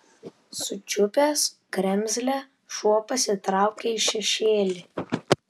sučiupęs kremzlę šuo pasitraukė į šešėlį